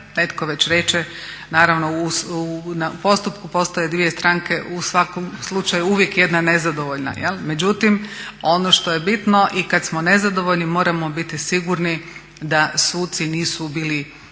Netko već reče, naravno u postupku postoje dvije stranke, u svakom slučaju uvijek jedna nezadovoljna. Međutim ono što je bitno i kad smo nezadovoljni moramo biti sigurni da suci nisu bili